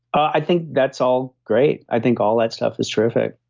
i think that's all great. i think all that stuff is terrific